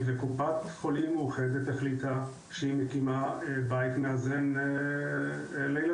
וקופת חולים מאוחדת החליטה שהיא מקימה בית מאזן לילדים.